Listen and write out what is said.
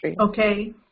Okay